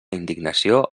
indignació